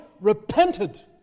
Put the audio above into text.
repented